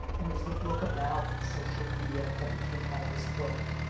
and it was the book about social media that became kinda this book,